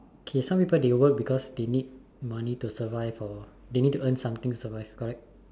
okay some people they work because they need money to survive or they need to earn something to survive correct